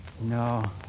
No